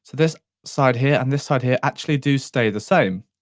this side here, and this side here, actually do stay the same.